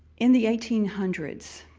in the eighteen-hundreds,